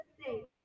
state